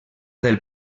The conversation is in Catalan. del